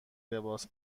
لباس